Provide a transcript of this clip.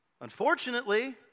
Unfortunately